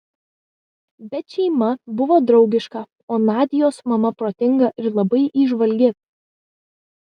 bet šeima buvo draugiška o nadios mama protinga ir labai įžvalgi